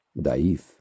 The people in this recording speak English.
daif